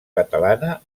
catalana